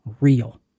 real